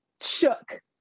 shook